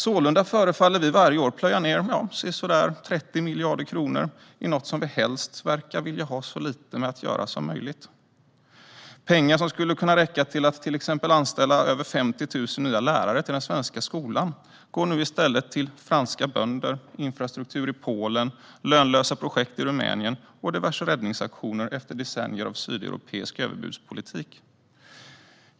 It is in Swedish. Sålunda förefaller vi varje år plöja ned sisådär 30 miljarder kronor i något som vi helst verkar vilja ha så lite att göra med som möjligt. Pengar som skulle räcka till att exempelvis anställa över 50 000 nya lärare i den svenska skolan går nu i stället till franska bönder, infrastruktur i Polen, lönlösa projekt i Rumänien och diverse räddningsaktioner efter decennier av sydeuropeisk överbudspolitik.